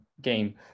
game